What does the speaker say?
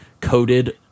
coded